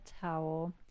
towel